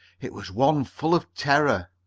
it was one full of terror.